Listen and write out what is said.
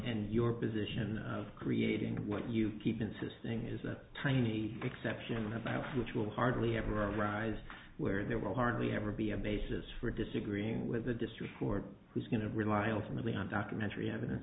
and your position of creating what you keep insisting is a tiny exception about which will hardly ever arise where there were hardly ever be a basis for disagreeing with the district court who's going to rely on from the leon documentary evidence